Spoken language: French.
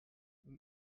nous